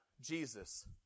Jesus